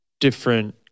different